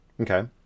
Okay